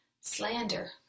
slander